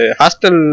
hostel